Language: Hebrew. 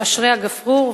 "אשרי הגפרור",